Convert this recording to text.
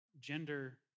gender